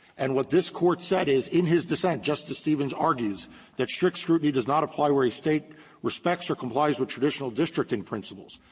and what this court said is, in his dissent, justice stevens argues that strict scrutiny does not apply where the state respects or complies with traditional districting principles.